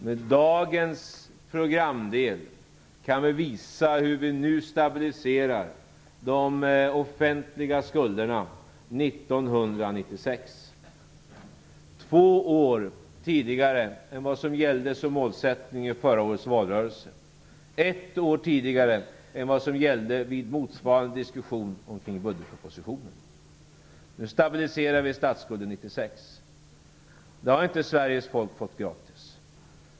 Med dagens programdel kan vi visa hur vi nu stabiliserar de offentliga skulderna 1996, två år tidigare än vad som gällde som mål i förra årets valrörelse, ett år tidigare än vad som gällde vid motsvarande diskussion om budgetpropositionen. Nu stabiliserar vi statsskulden 1996. Det har inte Sveriges folk fått gratis.